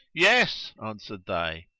yes, answered they.